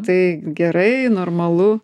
tai gerai normalu